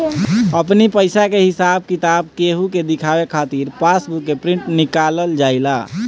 अपनी पईसा के हिसाब किताब केहू के देखावे खातिर पासबुक के प्रिंट निकालल जाएला